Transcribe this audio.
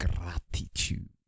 gratitude